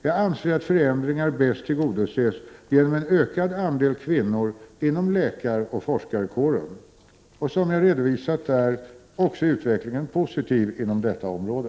Jag anser att förändringar bäst tillgodoses genom en ökad andel kvinnor inom läkaroch forskarkåren. Som jag redovisat är också utvecklingen positiv inom detta område.